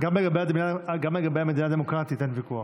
גם לגבי המדינה הדמוקרטית אין ויכוח.